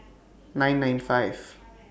nine nine five